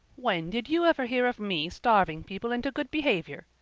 when did you ever hear of me starving people into good behavior?